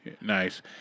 Nice